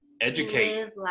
educate